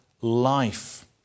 life